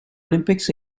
olympics